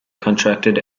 contracted